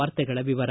ವಾರ್ತೆಗಳ ವಿವರ